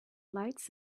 lights